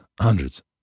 hundreds